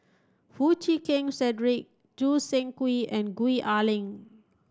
Foo Chee Keng Cedric Choo Seng Quee and Gwee Ah Leng